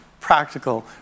practical